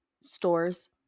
Stores